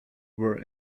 were